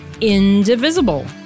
Indivisible